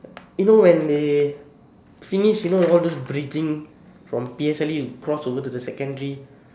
you know when they finish you know all those bridging from P_S_L_E cross over to the secondary